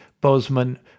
Bozeman